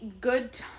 good